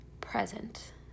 present